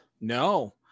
No